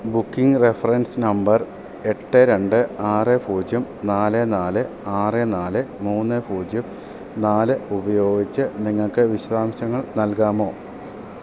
booking reference number എട്ട് രണ്ട് ആറ് പൂജ്യം നാല് നാല് ആറ് നാല് മൂന്ന് പൂജ്യം നാല് ഉപയോഗിച്ച് നിങ്ങള്ക്ക് വിശദാംശങ്ങൾ നൽകാമോ